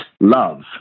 love